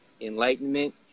enlightenment